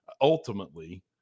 ultimately